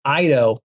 Ido